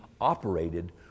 operated